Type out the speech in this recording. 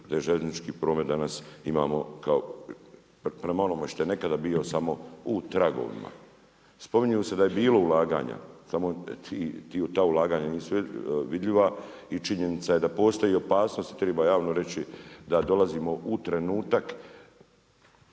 da i željeznički promet danas imamo kao prema onome što je nekada bio samo u tragovima. Spominje se da je bilo ulaganja samo ta ulaganja nisu vidljiva. I činjenica je da postoji opasnost i treba javno reći da dolazimo u trenutak